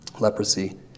leprosy